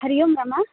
हरि ओं रमा